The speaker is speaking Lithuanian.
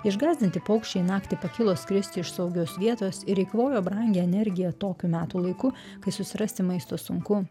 išgąsdinti paukščiai naktį pakilo skristi iš saugios vietos ir eikvojo brangią energiją tokiu metų laiku kai susirasti maisto sunku